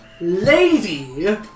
lady